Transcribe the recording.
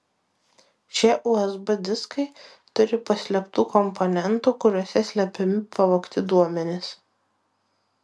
šie usb diskai turi paslėptų komponentų kuriuose slepiami pavogti duomenys